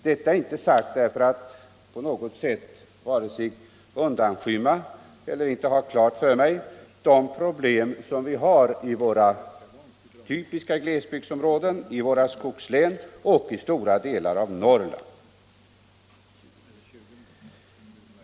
Detta är dock inte sagt för att på något sätt undanskymma de problem som finns i våra typiska glesbygdsområden, i våra skogslän och i stora delar av Norrland.